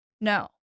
No